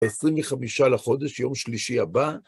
עשרים וחמישה לחודש, יום שלישי הבא.